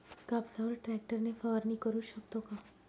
कापसावर ट्रॅक्टर ने फवारणी करु शकतो का?